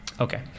Okay